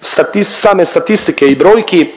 same statistike i brojki,